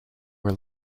were